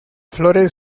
flores